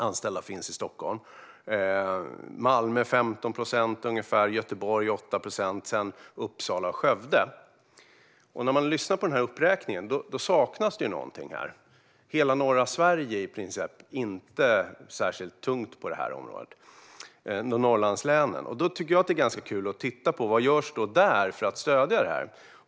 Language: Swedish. I Malmö finns 15 procent, i Göteborg 8 procent och sedan kommer Uppsala och Skövde. I denna uppräkning saknas något. Norrlandslänen väger inte särskilt tungt på detta område. Vad görs där för att stödja detta?